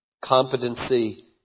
Competency